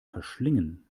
verschlingen